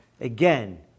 Again